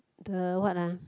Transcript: the what ah